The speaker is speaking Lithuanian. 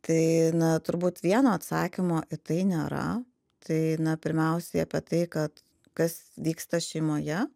tai na turbūt vieno atsakymo į tai nėra tai na pirmiausiai apie tai kad kas vyksta šeimoje